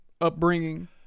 upbringing